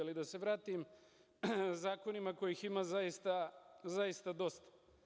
Ali, da se vratim zakonima kojih ima zaista dosta.